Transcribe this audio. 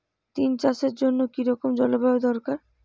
তিল চাষের জন্য কি রকম জলবায়ু দরকার?